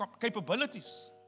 capabilities